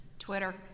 Twitter